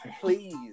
please